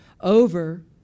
over